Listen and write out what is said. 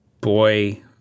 boy